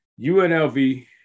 UNLV